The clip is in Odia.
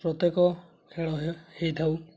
ପ୍ରତ୍ୟେକ ଖେଳ ହେଇଥାଉ